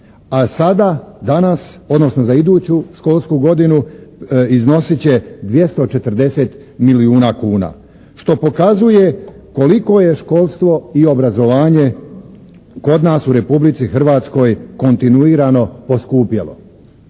a sada, danas, odnosno za iduću školsku godinu iznosit će 240 milijuna kuna što pokazuje koliko je školstvo i obrazovanje kod nas u Republici Hrvatskoj kontinuirano poskupjelo.